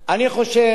אני חושב